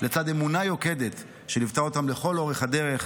לצד אמונה יוקדת שליוותה אותם לכל אורך הדרך,